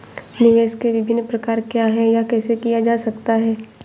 निवेश के विभिन्न प्रकार क्या हैं यह कैसे किया जा सकता है?